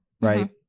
right